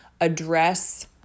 address